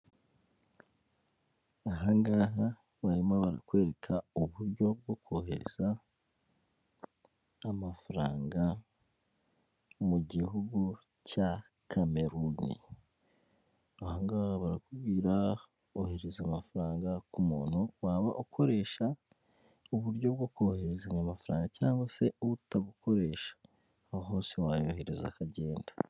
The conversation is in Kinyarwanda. Aha ngaha barimo barakwereka uburyo bwo kohereza amafaranga mu gihugu cya Kameruni. Aha ngaha barakubwira bohereza amafaranga ku muntu waba ukoresha uburyo bwo kohererezanya amafaranga cyangwa se utabukoresha aho hose wayohereza akagenda.